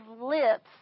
lips